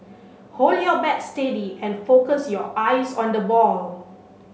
hold your bat steady and focus your eyes on the ball